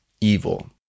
evil